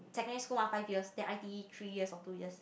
secondary school[mah] five years then I_T_E three years or two years